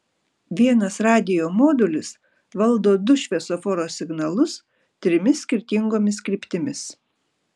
vienas radijo modulis valdo du šviesoforo signalus trimis skirtingomis kryptimis